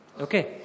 Okay